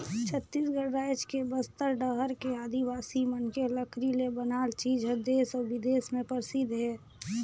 छत्तीसगढ़ रायज के बस्तर डहर के आदिवासी मन के लकरी ले बनाल चीज हर देस अउ बिदेस में परसिद्ध हे